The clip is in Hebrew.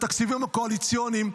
את התקציבים הקואליציוניים,